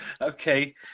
okay